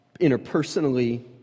interpersonally